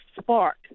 spark